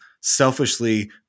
selfishly